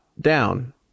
down